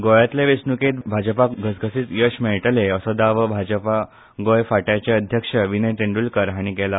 गोंयांतले वेंचणुकेंत भाजपाक घसघशीत येस मेळटलें असो दावो भाजपाचे गोंय फांट्याचे अध्यक्ष विनय तेंड्रलकार हांणी केला